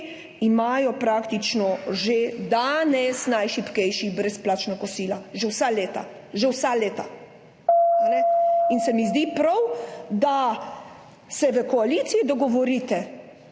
imajo praktično že danes, najšibkejši, brezplačna kosila že vsa leta, že vsa leta. Zdi se mi prav, da se v koaliciji dogovorite,